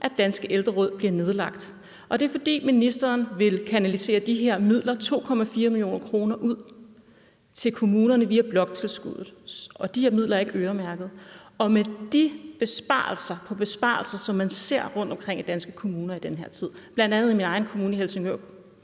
at Danske Ældreråd bliver nedlagt. Det er, fordi ministeren vil kanalisere de her midler, 2,4 mio. kr., ud til kommunerne via bloktilskuddet, og de her midler er ikke øremærket. Med besparelse på besparelse, som man ser rundtomkring i danske kommuner i den her tid, bl.a. i min egen kommune i Helsingør,